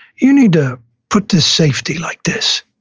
you need to put the safety like this.